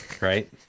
right